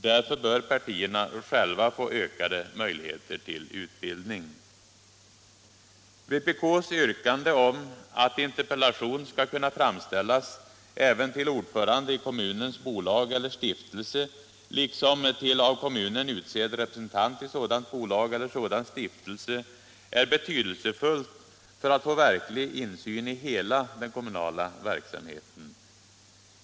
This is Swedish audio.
Därför bör partierna själva få ökade möjligheter till utbildning. Vpk:s yrkande om att interpellation skall kunna framställas även till ordförande i kommunens bolag eller stiftelse liksom till av kommunen utsedd representant i sådant bolag eller sådan stiftelse är betydelsefullt för att skapa verklig insyn i hela den kommunala verksamheten.